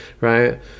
right